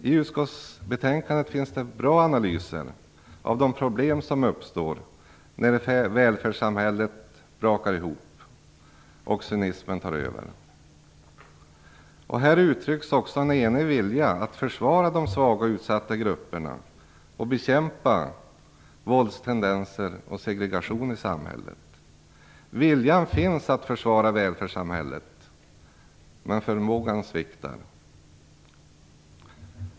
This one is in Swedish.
I betänkandet finns bra analyser av de problem som uppstår när välfärdssamhället brakar ihop och cynismen tar över. Här uttrycks också en enig vilja att försvara de svaga och utsatta grupperna och bekämpa våldstendenser och segregation i samhället. Viljan att försvara välfärdssamhället finns, men förmågan sviktar.